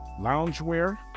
loungewear